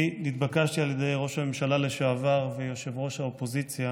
נתבקשתי על ידי ראש הממשלה לשעבר וראש האופוזיציה